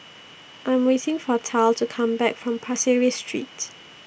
I Am waiting For Tal to Come Back from Pasir Ris Street